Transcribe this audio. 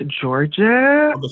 Georgia